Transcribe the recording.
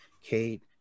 Kate